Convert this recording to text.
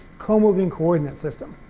comoving coordinate system